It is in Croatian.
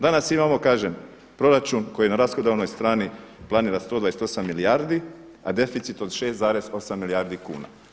Danas imamo, kažem, proračun koji na rashodovnoj strani planira 128 milijardi, a deficit od 6,8 milijardi kuna.